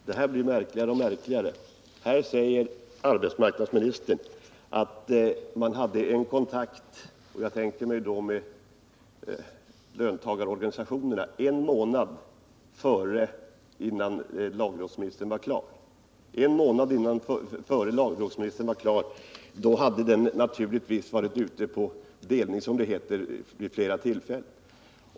Herr talman! Det här blir märkligare och märkligare. Här säger arbetsmarknadsministern att man hade en kontakt —-jag tänker mig att det var med löntagarorganisationerna —en månad innan lagrådsremissen var klar. Men då hade förslaget naturligtvis varit ute på delning, som det heter, vid flera tillfällen.